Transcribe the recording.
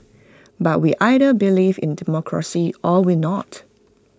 but we either believe in democracy or we not